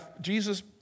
Jesus